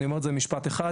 אני אומר את זה במשפט אחד: